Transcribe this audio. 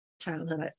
childhood